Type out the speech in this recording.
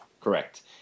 Correct